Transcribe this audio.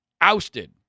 ousted